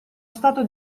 stato